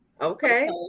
Okay